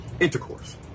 intercourse